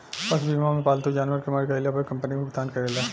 पशु बीमा मे पालतू जानवर के मर गईला पर कंपनी भुगतान करेले